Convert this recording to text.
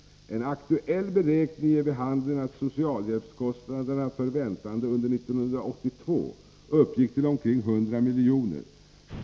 En aktuell beräkning ger vid handen att socialhjälpskostnaderna för väntande under 1982 uppgick till omkring 100 milj.kr.